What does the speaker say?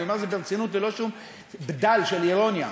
אני אומר את זה ברצינות ללא שום בדל של אירוניה.